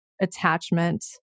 attachment